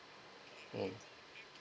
mm